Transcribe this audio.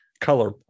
color